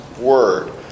Word